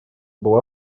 была